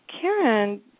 karen